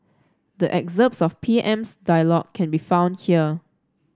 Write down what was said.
the excerpts of P M's dialogue can be found here